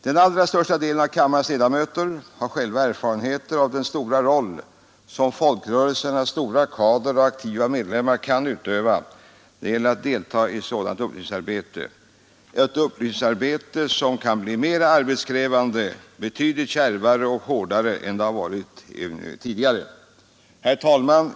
De allra flesta av kammarens ledamöter har själva erfarenheter av den betydande roll som folkrörelsernas stora kadrer av aktiva medlemmar kan utöva när det gäller att delta i sådant upplysningsarbete, ett arbete som kan bli mera arbetskrävande, betydligt kärvare och hårdare än tidigare. Herr talman!